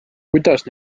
kuidas